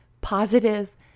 positive